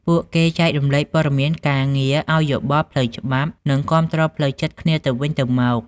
ពួកគេចែករំលែកព័ត៌មានការងារ ឲ្យយោបល់ផ្លូវច្បាប់ និងគាំទ្រផ្លូវចិត្តគ្នាទៅវិញទៅមក។